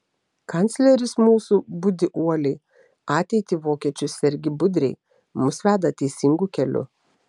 kancleris mūsų budi uoliai ateitį vokiečių sergi budriai mus veda teisingu keliu